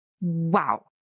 wow